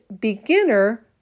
beginner